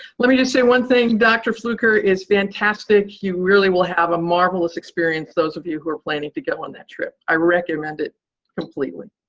let me just say one thing. dr. fluker is fantastic. you really will have a marvelous experience, those of you who are planning to go on that trip. i recommend it completely.